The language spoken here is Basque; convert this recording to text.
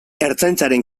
ertzaintzaren